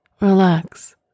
relax